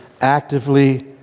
actively